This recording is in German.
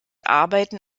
arbeiten